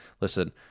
Listen